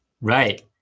right